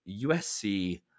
USC